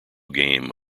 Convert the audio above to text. game